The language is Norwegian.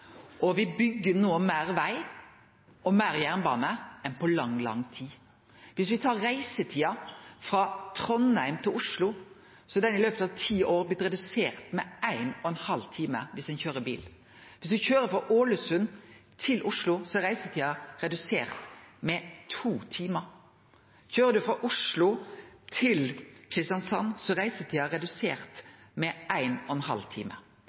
Og me byggjer no meir veg og meir jernbane enn på lang, lang tid. Viss me tar reisetida frå Trondheim til Oslo, så er den i løpet av ti år blitt redusert med 1,5 time viss ein køyrer bil. Viss ein køyrer frå Ålesund til Oslo, er reisetida redusert med to timar. Køyrer ein frå Oslo til Kristiansand, er reisetida